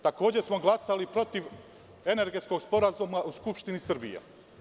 Takođe smo glasali protiv Energetskog sporazuma u Skupštini Srbije.